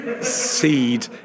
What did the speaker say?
seed